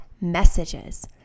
messages